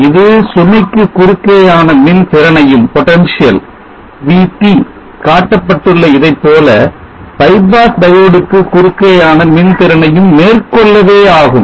இது சுமைக்கு குறுக்கேயான மின் திறனையும் VT காட்டப்பட்டுள்ள இதைப்போல bypass diode க்கு குறுக்கேயான மின் திறனையும் மேற்கொள்ளவே ஆகும்